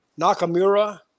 Nakamura